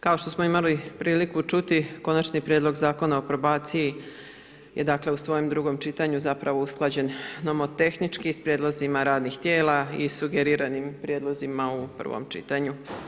Kao što smo imali priliku čuti Konačni prijedlog zakona o probaciji je dakle u svojem drugom čitanju zapravo usklađen nomotehnički s prijedlozima radnih tijela i sugeriranim prijedlozima u prvom čitanju.